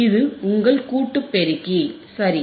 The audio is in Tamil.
இது உங்கள் கூட்டுப் பெருக்கி சரி